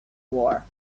war